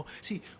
see